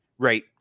Right